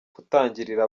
gutangirira